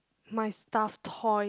my stuff toy